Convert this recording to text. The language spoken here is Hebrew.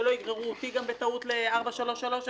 שלא יגררו אותי גם בטעות לחקירות ב-433.